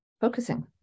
focusing